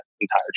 entire